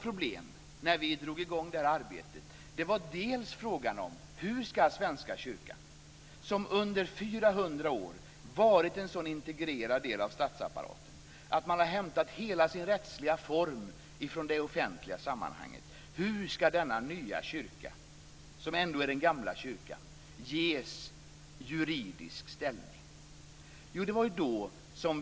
Problemet när vi gick in i arbetet var bl.a. hur Svenska kyrkan - som under 400 år varit en så integrerad del av statsapparaten, som har hämtat hela sin rättsliga form från det offentliga sammanhanget, denna nya kyrka som ändå är den gamla kyrkan - ska ges en juridisk ställning.